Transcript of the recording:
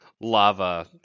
lava